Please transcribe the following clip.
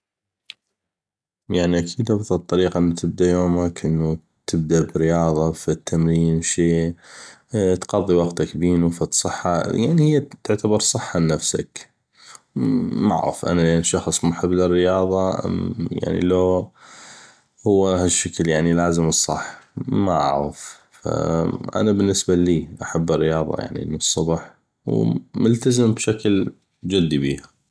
يعني اكيد افضل طريقة انو تبدا يومك انه تبدا فد رياضه فد تمرين شي تقضي وقتك بينو فد صحه يعني هيه صحه لنفسك معغف انا شخص محب للرياضه لو هو هشكل لازم هو الصح ما اعغف أنا بالنسبه اللي احب الرياضه يعني الصبح وملتزم بشكل جدي بيها